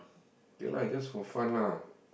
K lah just for fun lah